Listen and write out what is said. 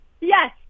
Yes